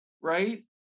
right